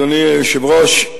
אדוני היושב-ראש,